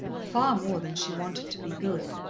far more than she wanted to be good.